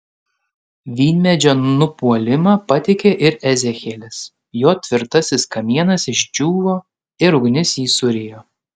vynmedžio nupuolimą pateikia ir ezechielis jo tvirtasis kamienas išdžiūvo ir ugnis jį surijo